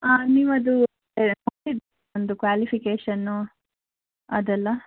ಹಾಂ ನೀವು ಅದು ನೋಡಿದಿರಾ ನನ್ನದು ಕ್ವಾಲಿಫಿಕೇಷನ್ ಅದೆಲ್ಲ